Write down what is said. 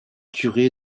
curé